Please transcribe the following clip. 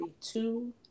two